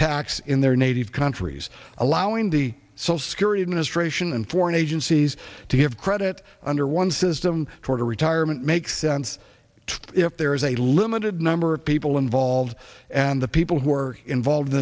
tax in their native countries allowing the social security administration and foreign agencies to have credit under one system toward a retirement make sense if there is a limited number of people involved and the people who are involved in